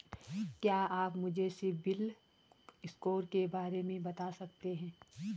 क्या आप मुझे सिबिल स्कोर के बारे में बता सकते हैं?